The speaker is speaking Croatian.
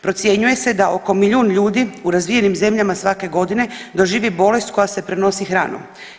Procjenjuje se da oko milijun ljudi u razvijenim zemljama svake godine doživi bolest koja se prenosi hranom.